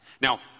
Now